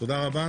תודה רבה.